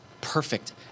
perfect